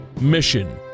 Mission